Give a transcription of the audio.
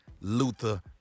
Luther